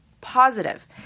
positive